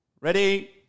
Ready